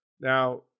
Now